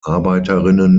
arbeiterinnen